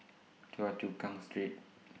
Choa Chu Kang Street